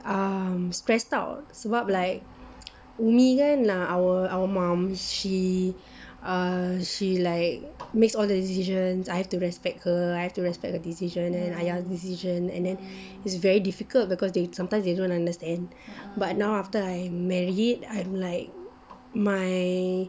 um stressed out sebab like nak our our mum she ah she like makes all the decisions I have to respect her I've to respect the decision and ayah decision and it is very difficult because they sometimes they don't understand but now after I married I'm like my